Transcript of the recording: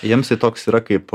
jiems tai toks yra kaip